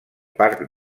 parc